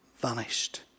vanished